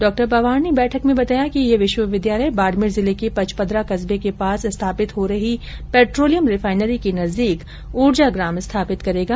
डॉ पंवार ने बैठक में बताया कि यह विश्वविद्यालय बाडमेर जिले के पचपदरा कस्बे के पास स्थापित हो रही पेट्रोलियम रिफाइनरी के नजदीक ऊर्जाग्राम स्थापित करेगा